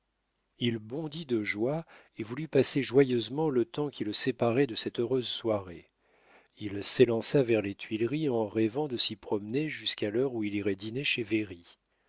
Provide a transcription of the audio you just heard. il bondit de joie et voulut passer joyeusement le temps qui le séparait de cette heureuse soirée il s'élança vers les tuileries en rêvant de s'y promener jusqu'à l'heure où il irait dîner chez